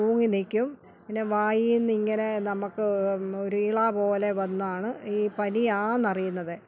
തൂങ്ങി നിൽക്കും പിന്നെ വായീന്നിങ്ങനെ നമുക്ക് ഒരിളാ പോലെ വന്നാണ് ഈ പനിയാണെന്ന് അറിയുന്നത്